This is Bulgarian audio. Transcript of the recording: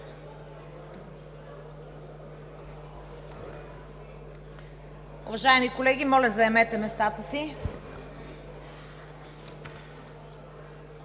Уважаеми колеги, моля, заемете местата си.